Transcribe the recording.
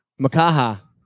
Makaha